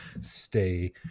stay